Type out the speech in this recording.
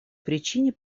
причине